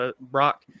Brock